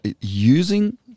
using